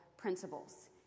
principles